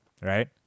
right